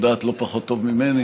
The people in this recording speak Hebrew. את יודעת לא פחות טוב ממני,